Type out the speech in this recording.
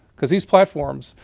because these platforms,